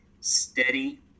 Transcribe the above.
steady